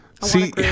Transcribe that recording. See